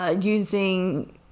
Using